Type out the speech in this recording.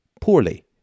poorly